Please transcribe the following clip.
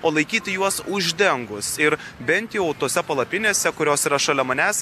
o laikyti juos uždengus ir bent jau tose palapinėse kurios yra šalia manęs